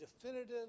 definitive